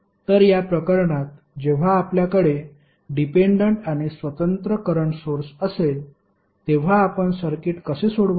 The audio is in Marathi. तर या प्रकरणात जेव्हा आपल्याकडे डिपेंडेंट आणि स्वतंत्र करंट सोर्स असेल तेव्हा आपण सर्किट कसे सोडवाल